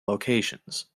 locations